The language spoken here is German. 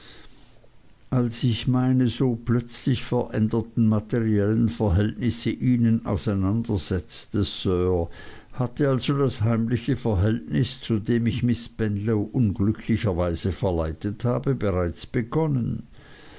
als ich meine so plötzlich veränderten materiellen verhältnisse ihnen auseinandersetzte sir hatte also das heimliche verhältnis zu dem ich miß spenlow unglücklicherweise verleitet habe bereits begonnen